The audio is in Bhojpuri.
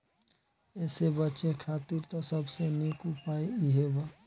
एसे बचे खातिर त सबसे निक उपाय इहे बा